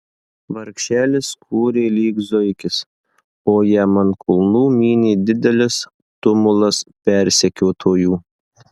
vargšelis kūrė lyg zuikis o jam ant kulnų mynė didelis tumulas persekiotojų